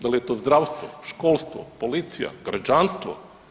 Da li je to zdravstvo, školstvo, policija, građanstvo?